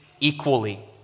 equally